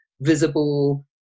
visible